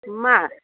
मा